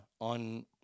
on